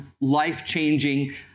life-changing